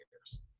years